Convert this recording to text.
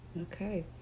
okay